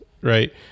right